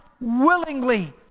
willingly